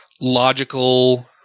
logical